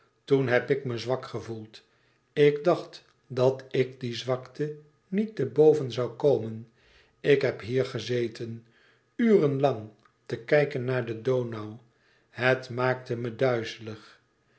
toen heb ik me zwak gevoeld ik dacht dat ik die zwakte niet te boven zoû komen ik heb hier gezeten uren lang te kijken naar den donau het maakte me duizelig